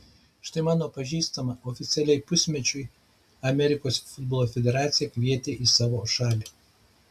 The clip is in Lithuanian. štai mano pažįstamą oficialiai pusmečiui amerikos futbolo federacija kvietė į savo šalį